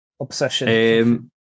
obsession